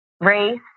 race